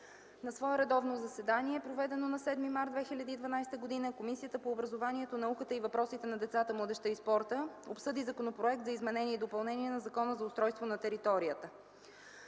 На свое редовно заседание, проведено на 7 март 2012 г., Комисията по образованието, науката и въпросите на децата, младежта и спорта, обсъди Законопроект за изменение и допълнение на Закона за устройство на територията.